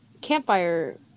campfire